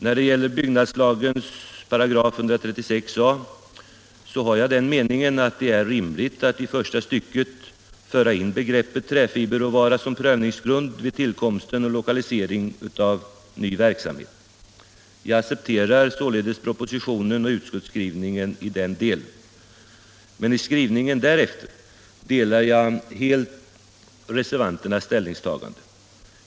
När det gäller byggnadslagens 136 a § har jag den meningen att det är rimligt att i första stycket förs in begreppet träfiberråvara som prövningsgrund vid tillkomst och lokalisering av ny verksamhet. Jag accepterar således propositionen och utskottsskrivningen i den delen. Men i skrivningen därefter delar jag helt reservanternas ställningstagande.